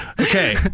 Okay